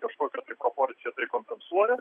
kažkokia proporcija tai kompensuoja